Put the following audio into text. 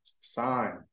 sign